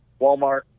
Walmart